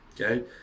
okay